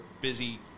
busy